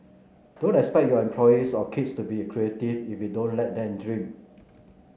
don't expect your employees or kids to be creative if you don't let them dream